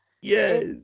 yes